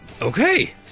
Okay